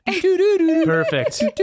Perfect